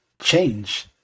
change